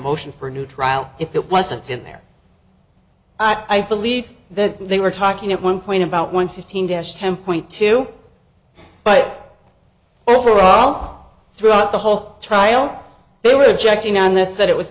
motion for new trial if it wasn't in there i believe that they were talking at one point about one fifteen dash ten point too but overall throughout the whole trial they were objecting on this that it was